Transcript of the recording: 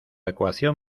ecuación